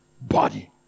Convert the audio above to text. body